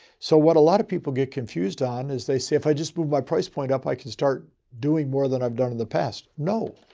so what a lot of people get confused on is they say if i just moved my price point up, i could start doing more than i've done in the past. no.